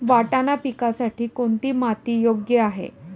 वाटाणा पिकासाठी कोणती माती योग्य आहे?